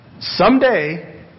Someday